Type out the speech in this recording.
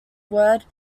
word